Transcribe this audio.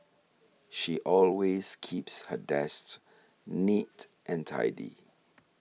she always keeps her dests neat and tidy